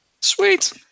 Sweet